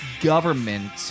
government